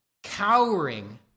cowering